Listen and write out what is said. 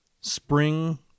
Spring